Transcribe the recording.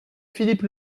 philippe